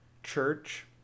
Church